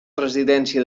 residència